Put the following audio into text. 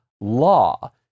Law